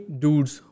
dudes